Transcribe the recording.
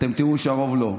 אתם תראו שהרוב לא.